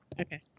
Okay